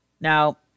Now